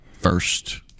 first